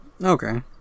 Okay